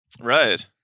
Right